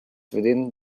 within